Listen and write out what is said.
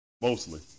mostly